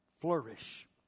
flourish